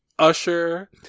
usher